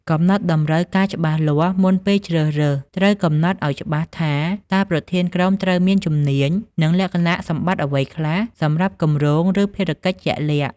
កំណត់តម្រូវការច្បាស់លាស់ មុនពេលជ្រើសរើស ត្រូវកំណត់ឱ្យច្បាស់ថា តើប្រធានក្រុមត្រូវមានជំនាញ និងលក្ខណៈសម្បត្តិអ្វីខ្លះសម្រាប់គម្រោង ឬភារកិច្ចជាក់លាក់។